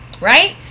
Right